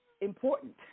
important